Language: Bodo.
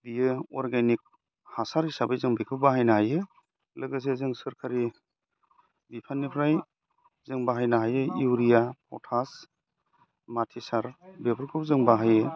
बेयो अर्गेनिक हासार हिसाबै जों बेखौ बाहायनो हायो लोगोसे जों सोरखारि बिफाननिफ्राय जों बाहायनो हायो इउरिया पथास माथि सार बेफोरखौ जों बाहायो